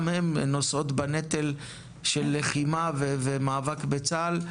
גם הן נושאות בנטל של לחימה ומאבק בצה"ל,